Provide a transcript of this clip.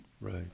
Right